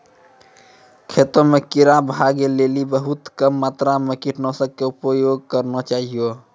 खेतों म कीड़ा भगाय लेली बहुत कम मात्रा मॅ कीटनाशक के उपयोग करना चाहियो